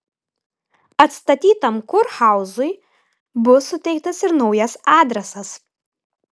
atstatytam kurhauzui bus suteiktas ir naujas adresas